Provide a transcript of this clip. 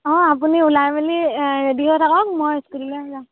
অ' আপুনি ওলাই মেলি ৰে'ডী হৈ থাকক মই স্কুটী লৈ যাম